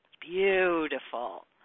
beautiful